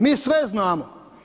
Mi sve znamo.